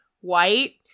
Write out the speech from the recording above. white